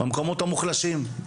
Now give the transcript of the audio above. במקומות המוחלשים.